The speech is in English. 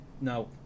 Now